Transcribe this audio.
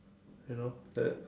you know that